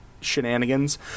shenanigans